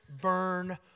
burn